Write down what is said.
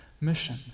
mission